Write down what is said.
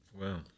Wow